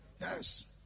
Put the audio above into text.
Yes